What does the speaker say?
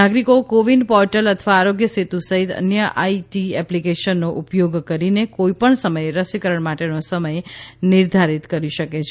નાગરિકો કોવિન પોર્ટેલ અથવા આરોગ્ય સેતુ સહિત અન્ય આઈટી એપ્લિકેશનનો ઉપયોગ કરીને કોઈપણ સમયે રસીકરણ માટેનો સમય નિર્ધારિત કરી શકે છે